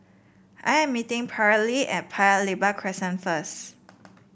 I am meeting Paralee at Paya Lebar Crescent first